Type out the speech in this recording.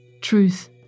truth